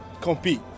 compete